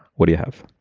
what do you have?